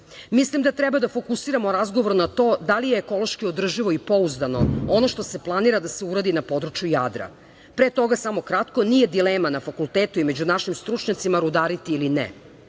da treba da fokusiramo razgovor na to da li je ekološki održivo i to pouzdano ono što se planira da se uradi na području Jadra. Pre toga, samo kratko, nije dilema na fakultetu i među našim stručnjacima rudariti ili ne.